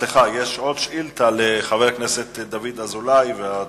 סליחה, יש עוד שאילתא לחבר הכנסת דוד אזולאי.